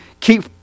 keep